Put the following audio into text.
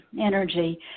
energy